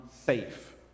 safe